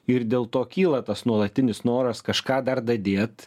ir dėl to kyla tas nuolatinis noras kažką dar dadėt